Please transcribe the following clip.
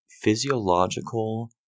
physiological